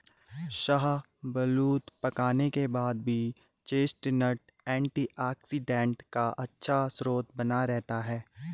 शाहबलूत पकाने के बाद भी चेस्टनट एंटीऑक्सीडेंट का अच्छा स्रोत बना रहता है